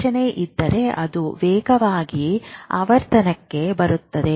ಅಡಚಣೆ ಇದ್ದರೆ ಅದು ವೇಗವಾಗಿ ಆವರ್ತನಕ್ಕೆ ಬರುತ್ತದೆ